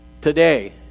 today